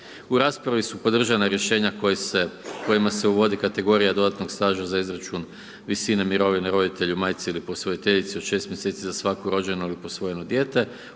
U raspravi su podržana rješenja kojima se uvodi kategorija dodatnog staža za izračun visine mirovine roditelju, majci ili posvojiteljici od 6 mjeseci za svako rođeno ili posvojeno dijete,